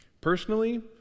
Personally